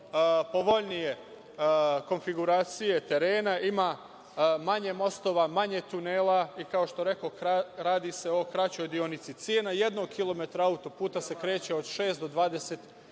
povoljnije konfiguracije terena, ima manje mostova, manje tunela i, kao što rekoh, radi se o kraćoj deonici. Cena jednog kilometra auto-puta se kreće od 6 do 20